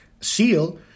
seal